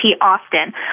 Austin